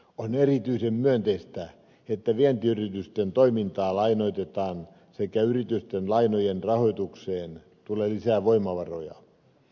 on erityisen myönteistä että vientiyritysten toimintaa lainoitetaan ja yritysten lainojen rahoitukseen tulee lisää voimavaroja